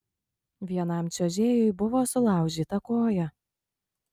vienam čiuožėjui buvo sulaužyta koja